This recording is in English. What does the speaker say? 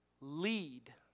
lead